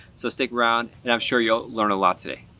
so stick around and i'm sure you'll learn a lot today.